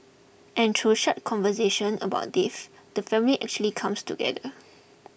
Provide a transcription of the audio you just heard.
and through such conversation about death the family actually comes together